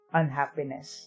unhappiness